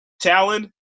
Talon